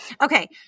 Okay